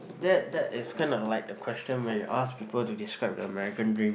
that that is kind of like the question where you ask people to describe the American dream